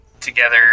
together